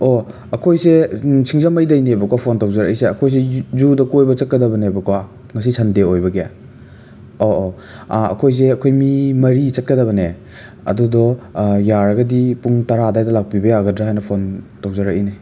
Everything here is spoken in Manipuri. ꯑꯣ ꯑꯩꯈꯣꯏꯁꯦ ꯁꯤꯡꯖꯃꯩꯗꯒꯤꯅꯦꯕꯀꯣ ꯐꯣꯟ ꯇꯧꯖꯔꯛꯏꯁꯦ ꯑꯩꯈꯣꯏꯁꯦ ꯖꯨꯗ ꯀꯣꯏꯕ ꯆꯠꯀꯗꯕꯅꯦꯕꯀꯣ ꯉꯁꯤ ꯁꯟꯗꯦ ꯑꯣꯏꯕꯒꯤ ꯑꯣ ꯑꯣ ꯑꯩꯈꯣꯏꯁꯦ ꯑꯩꯈꯣꯏ ꯃꯤ ꯃꯔꯤ ꯆꯠꯀꯗꯕꯅꯦ ꯑꯗꯨꯗꯣ ꯌꯥꯔꯒꯗꯤ ꯄꯨꯡ ꯇꯔꯥ ꯑꯗꯨꯋꯥꯏꯗ ꯂꯥꯛꯄꯤꯕ ꯌꯥꯒꯗ꯭ꯔꯥ ꯍꯥꯏꯅ ꯐꯣꯟ ꯇꯧꯖꯔꯛꯏꯅꯦ